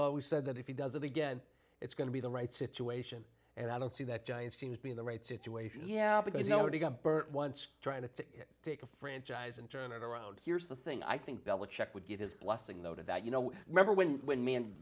always said that if he does it again it's going to be the right situation and i don't see that giants teams being the right situation yeah because nobody got hurt once trying to take a franchise and turn it around here's the thing i think bella check would give his blessing though to that you know remember when when me and